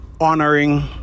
honoring